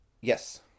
yes